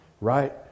right